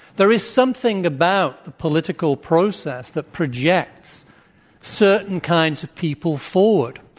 there is something about the political process that projects certain kinds of people forward.